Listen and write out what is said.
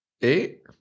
Eight